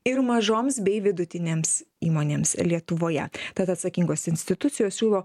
ir mažoms bei vidutinėms įmonėms lietuvoje tad atsakingos institucijos siūlo